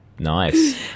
Nice